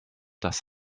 das